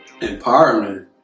empowerment